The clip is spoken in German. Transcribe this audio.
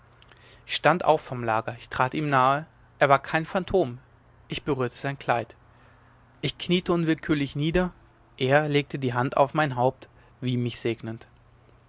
ich stand auf vom lager ich trat ihm nahe es war kein phantom ich berührte sein kleid ich kniete unwillkürlich nieder er legte die hand auf mein haupt wie mich segnend